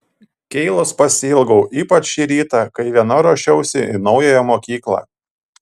keilos pasiilgau ypač šį rytą kai viena ruošiausi į naująją mokyklą